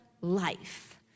life